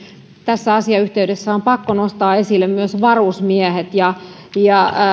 tässä asiayhteydessä on pakko nostaa esille myös varusmiehet ja ja